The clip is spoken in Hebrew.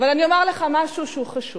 אבל אני אומר לך משהו שהוא חשוב.